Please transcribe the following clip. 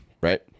Right